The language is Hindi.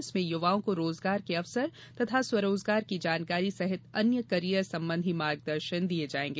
इसमें युवाओं को रोजगार के अवसर तथा स्वरोजगार की जानकारी सहित अन्य कैरियर संबंधी मार्गदर्शन दिया जायेगा